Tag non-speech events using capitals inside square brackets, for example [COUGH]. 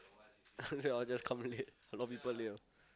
[LAUGHS] they all just come late a lot of people late orh